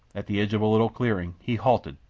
at the edge of a little clearing, he halted,